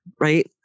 right